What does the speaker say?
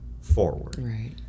forward